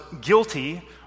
guilty